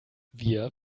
wir